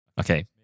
Okay